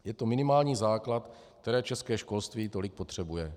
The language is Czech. Je to minimální základ, který české školství tolik potřebuje.